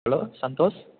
hello Santhosh